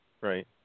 Right